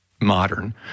modern